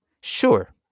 Sure